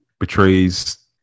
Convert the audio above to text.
betrays